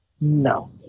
No